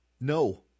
No